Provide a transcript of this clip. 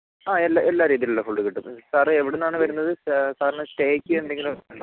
ആ എല്ലാ എല്ലാ രീതിയിലുള്ള ഫുഡും കിട്ടും സാർ എവിടുന്നാണ് വരുന്നത് സാറിന് സ്റ്റേയ്ക്ക് എന്തെങ്കിലും ഉണ്ടോ